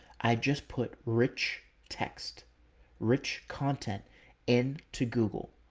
i just put rich text rich content in to google.